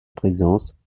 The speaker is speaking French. présence